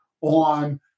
on